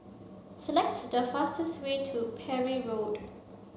select the fastest way to Parry Road